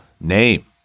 name